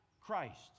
Christ